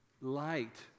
light